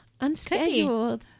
unscheduled